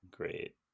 great